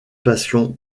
passion